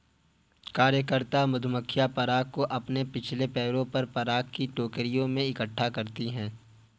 कार्यकर्ता मधुमक्खियां पराग को अपने पिछले पैरों पर पराग की टोकरियों में इकट्ठा करती हैं